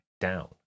down